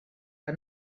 que